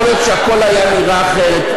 יכול להיות שהכול היה נראה אחרת.